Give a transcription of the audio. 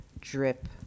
drip